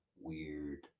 weird